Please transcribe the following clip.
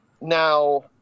Now